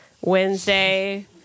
Wednesday